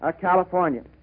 California